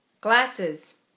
Glasses